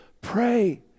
Pray